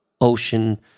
ocean